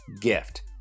gift